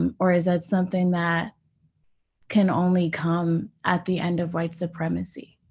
um or is that something that can only come at the end of white supremacy?